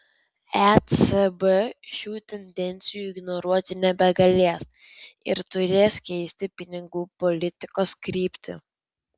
ecb šių tendencijų ignoruoti nebegalės ir turės keisti pinigų politikos kryptį